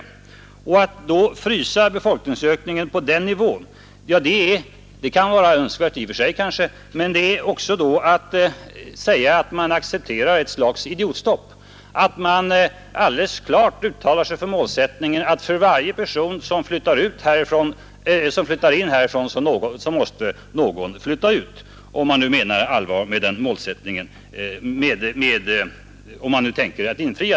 Vill man frysa befolkningsökningen i Storstockholmsregionen vid dess nuvarande andel av totalbefolkningen, då innebär det att man talar för ett idiotstopp, att man uttalar sig för målsättningen att för varje person som flyttar in måste någon flytta ut.